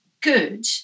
good